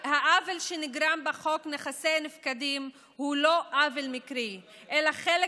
העוול שנגרם בחוק נכסי נפקדים הוא לא עוול מקרי אלא חלק